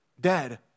dead